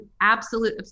absolute